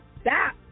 Stop